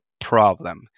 problem